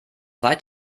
weit